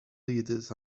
leaders